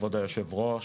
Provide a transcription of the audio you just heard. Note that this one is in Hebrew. כבוד היושב-ראש,